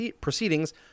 proceedings